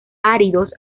áridos